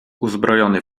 uzbrojony